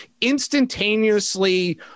instantaneously